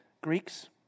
Greeks